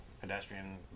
pedestrian